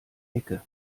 ecke